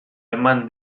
eman